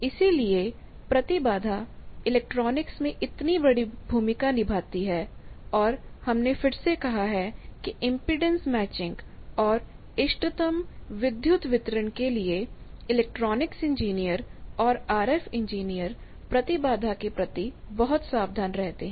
इसीलिए प्रतिबाधा इलेक्ट्रॉनिक्स में इतनी बड़ी भूमिका निभाती है और हमने फिर से कहा है कि इम्पीडेन्स मैचिंग और इष्टतम विद्युत वितरण optimum power delivery optimum power delivery के लिए इलेक्ट्रॉनिक्स इंजीनियर और आरएफ इंजीनियर प्रतिबाधा के प्रति बहुत सावधान रहते हैं